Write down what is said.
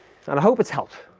and i hope it's helped!